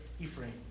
Ephraim